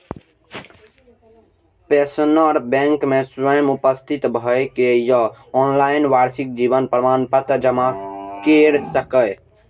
pensioner bank मे स्वयं उपस्थित भए के या ऑनलाइन वार्षिक जीवन प्रमाण पत्र जमा कैर सकैए